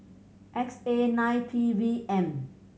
X A nine P V M